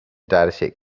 dataset